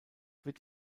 wird